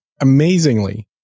amazingly